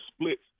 splits